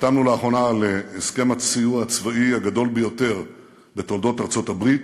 חתמנו לאחרונה על הסכם הסיוע הצבאי הגדול ביותר בתולדות ארצות-הברית.